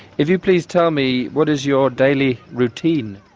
if you please tell me what is your daily routine?